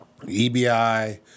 EBI